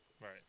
Right